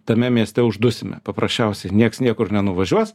tame mieste uždusime paprasčiausiai nieks niekur nenuvažiuos